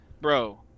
Bro